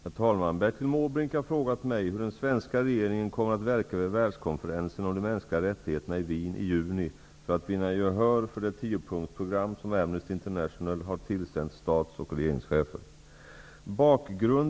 Herr talman! Bertil Måbrink har frågat mig hur den svenska regeringen kommer att verka vid världskonferensen om de mänskliga rättigheterna i Wien i juni för att vinna gehör för det 10 punktsprogram som Amnesty International har tillsänt stats och regeringschefer.